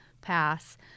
pass